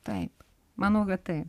taip manau kad taip